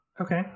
Okay